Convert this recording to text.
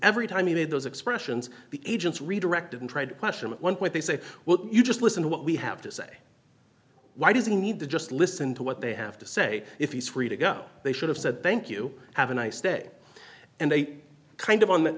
every time he made those expressions the agents redirected and tried to question at one point they say well you just listen to what we have to say why does he need to just listen to what they have to say if he's free to go they should have said thank you have a nice day and they kind of on th